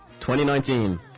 2019